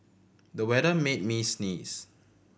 the weather made me sneeze